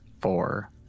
Four